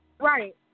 Right